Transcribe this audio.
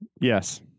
Yes